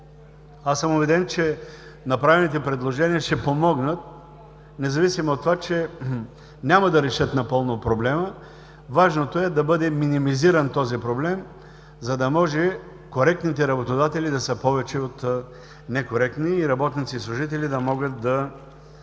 Аз съм убеден, че направените предложения ще помогнат, независимо от това, че няма да решат напълно проблема. Важното е да бъде минимизиран този проблем, за да може коректните работодатели да са повече от некоректните и работници и служители да могат да